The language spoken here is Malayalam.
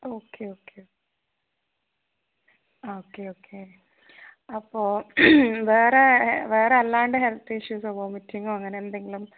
ഓക്കെ ഓക്കെ ആ ഓക്കെ ഓക്കെ അപ്പോൾ വേറെ വേറെ അല്ലാണ്ട് ഹെൽത്ത് ഇഷ്യൂസോ വൊമിറ്റിങ്ങോ അങ്ങനെയെന്തങ്കിലും